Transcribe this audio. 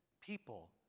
people